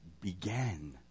began